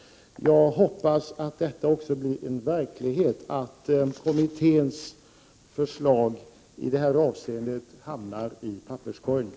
Jag hoppas att kommitténs förslag i denna fråga verkligen hamnar i papperskorgen.